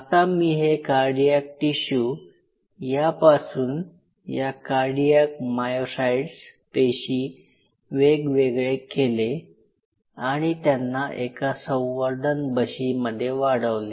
आता मी हे कार्डियाक टिशू यांपासून या कार्डियाक मायोसाइट्स पेशी वेगवेगळे केले आणि त्यांना एका संवर्धन बशीमध्ये वाढवले